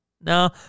No